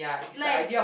like